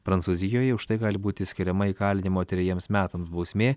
prancūzijoje už tai gali būti skiriama įkalinimo trejiems metams bausmė